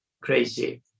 crazy